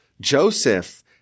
Joseph